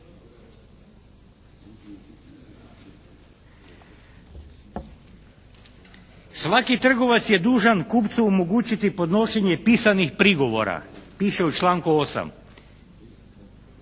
Svaki trgovac je dužan kupcu omogućiti podnošenje pisanih prigovora, piše u članku 8.